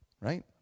right